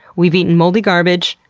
we've eaten moldy garbage.